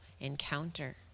encounter